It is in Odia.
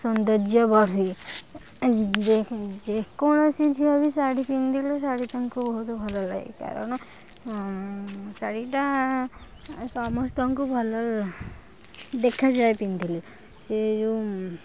ସୋନ୍ଦର୍ଯ୍ୟ ବଢ଼େ ଯେ ଯେକୌଣସି ଝିଅ ବି ଶାଢ଼ୀ ପିନ୍ଧିଲେ ଶାଢ଼ୀ ତାଙ୍କୁ ବହୁତ ଭଲ ଲାଗେ କାରଣ ଶାଢ଼ୀଟା ସମସ୍ତଙ୍କୁ ଭଲ ଦେଖାଯାଏ ପିନ୍ଧିଲେ ସେ ଯେଉଁ